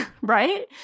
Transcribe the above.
right